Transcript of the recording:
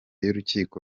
y’urukiko